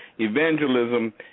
evangelism